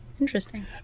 Interesting